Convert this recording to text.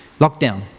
lockdown